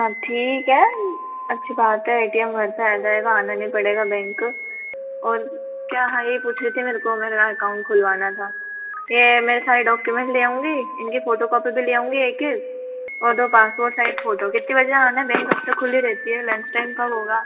हाँ ठीक है अच्छी बात है ए टी एम घर पे आ जाएगा आना नहीं पड़ेगा बैंक और क्या हाँ यइ पूछ रही थी मेरे को मेरा अकाउंट खुलवाना था ये मेरे सारे डॉक्युमेंट ले आऊँगी इनकी फ़ोटोकॉपी भी ले आऊँगी एक और दो पासपोर्ट साइज़ फ़ोटो कितने बजे आना है बैंक कब तक खुली रहती है लंच टाइम कब होगा